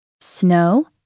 Snow